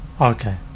Okay